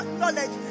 knowledge